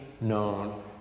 known